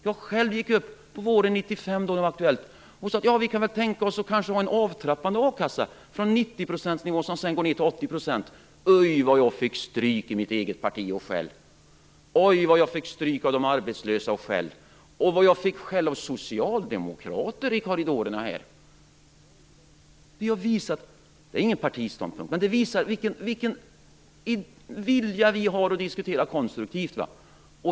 Jag gick själv upp våren 1995, då det var aktuellt, och sade att vi kunde tänka oss att ha en avtrappande a-kassa, från 90-procentsnivån ned till 80-procentsnivån. Oj, vad jag fick stryk och skäll i mitt eget parti! Oj, vad jag fick stryk och skäll av de arbetslösa! Och vad jag fick skäll av socialdemokrater i korridorerna här! Det är ingen partiståndpunkt. Men det visar vilken vilja vi har att diskutera konstruktivt.